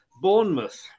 Bournemouth